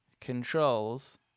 controls